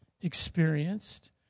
experienced